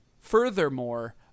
furthermore